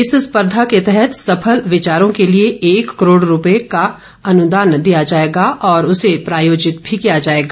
इस स्पर्धा के तहत सफल विचारों के लिए एक करोड रूपये तक का अनुदान दिया जाएगा और उसे प्रायोजित भी किया जाएगा